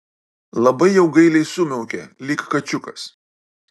labai jau gailiai sumiaukė lyg kačiukas